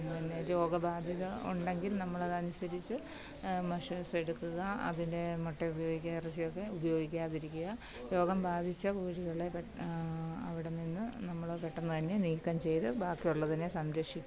പിന്നെ രോഗബാധിത ഉണ്ടെങ്കിൽ നമ്മളതനുസരിച്ച് മെഷേസ് എടുക്കുക അതിൻ്റെ മൊട്ട ഉപയോഗിക്ക ഇറച്ചി ഒക്കെ ഉപയോഗിക്കാതിരിക്കുക രോഗം ബാധിച്ച കോഴികളെ അവിടെ നിന്ന് നമ്മള് പെട്ടെന്നുതന്നെ നീക്കം ചെയ്ത് ബാക്കി ഉള്ളതിനെ സംരക്ഷിക്കുക